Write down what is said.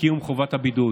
וקיום חובת הבידוד.